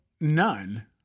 none